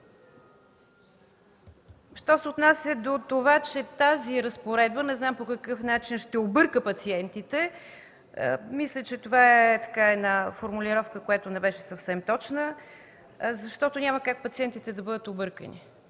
Що се отнася до това, че тази разпоредба не знам по какъв начин ще обърка пациентите – мисля, че това е формулировка, която не беше съвсем точна, защото няма как пациентите да бъдат объркани.